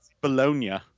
bologna